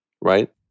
right